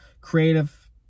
creative